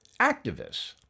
activists